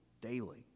daily